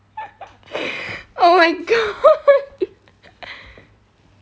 oh my god